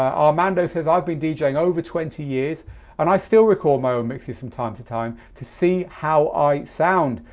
armando says i've been djing over twenty years and i still recall my own mixes from time to time to see how i sound,